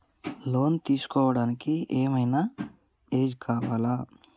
Loan తీస్కోవడానికి ఏం ఐనా ఏజ్ కావాలా?